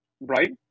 Right